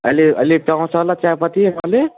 अहिले अहिले पाउँछ होला चियापत्ती अहिले